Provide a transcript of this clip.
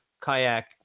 Kayak